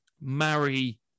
marry